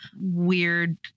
weird